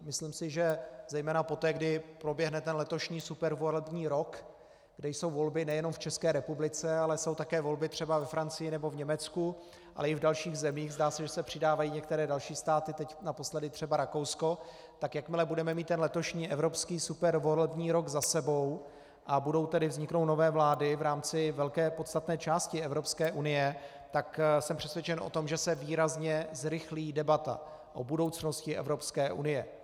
Myslím si, že zejména poté, co proběhne ten letošní supervolební rok, kdy jsou volby nejenom v České republice, ale jsou také volby třeba ve Francii nebo v Německu, ale i v dalších zemích, zdá se, že se přidávají některé další státy, teď naposledy třeba Rakousko, tak jakmile budeme mít ten letošní evropský supervolební rok za sebou a vzniknou nové vlády v rámci podstatné části Evropské unie, jsem přesvědčen o tom, že se výrazně zrychlí debata o budoucnosti Evropské unie.